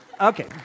okay